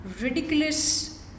ridiculous